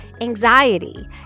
anxiety